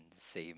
the same